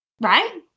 Right